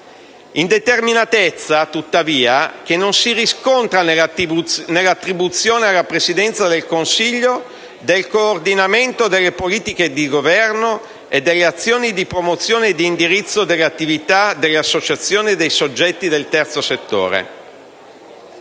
L'indeterminatezza, tuttavia, non si riscontra nell'attribuzione alla Presidenza del Consiglio del coordinamento delle politiche di governo e delle azioni di promozione e di indirizzo delle attività delle associazioni e dei soggetti del terzo settore.